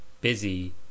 busy